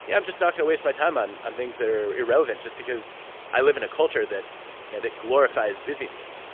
yeah i'm just not going to waste my time on on things that are irrelevant just because i live in a culture that you know that glorifies busyness.